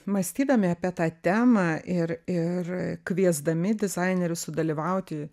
mąstydami apie tą temą ir ir kviesdami dizainerius sudalyvauti